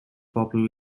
popular